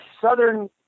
southern